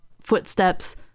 footsteps